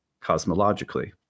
cosmologically